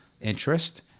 interest